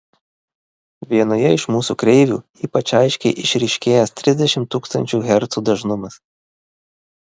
vienoje iš mūsų kreivių ypač aiškiai išryškėjęs trisdešimt tūkstančių hercų dažnumas